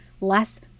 less